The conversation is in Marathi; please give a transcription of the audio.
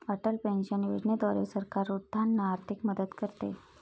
अटल पेन्शन योजनेद्वारे सरकार वृद्धांना आर्थिक मदत करते